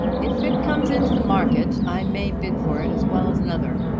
if it comes into the market, i may bid for it as well as another,